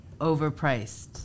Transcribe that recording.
overpriced